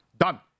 Done